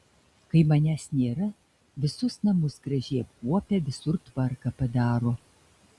kai manęs nėra visus namus gražiai apkuopia visur tvarką padaro